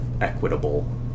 equitable